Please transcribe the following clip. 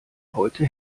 heute